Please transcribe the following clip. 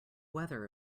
weather